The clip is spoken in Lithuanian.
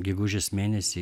gegužės mėnesį